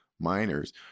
miners